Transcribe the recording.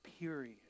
period